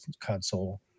Console